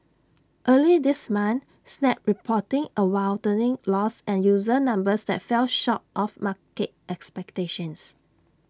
early this month snap reporting A widening loss and user numbers that fell short of market expectations